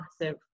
massive